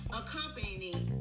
accompanying